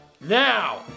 Now